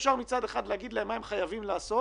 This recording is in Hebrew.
מסובסדים לעשות